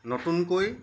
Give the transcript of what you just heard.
নতুনকৈ